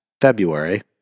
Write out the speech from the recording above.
February